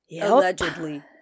Allegedly